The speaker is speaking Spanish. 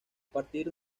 partir